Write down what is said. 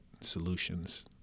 solutions